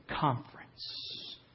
conference